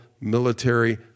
military